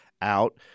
out